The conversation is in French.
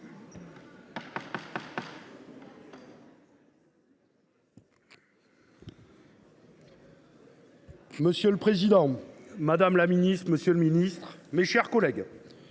Monsieur le président, madame la ministre, monsieur le ministre, mes chers collègues,